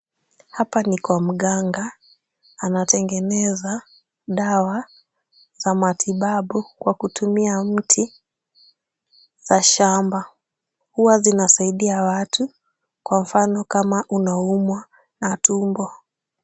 Hapa ni kwa mganga, anatengeneza dawa za matibabu kwa kutumia mti za shamba. Huwa zinasaidia watu kwa mfano kama unaumwa na tumbo.